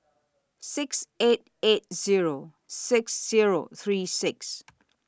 six eight eight Zero six Zero three six